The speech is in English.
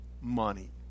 money